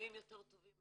למסלולים יותר טובים,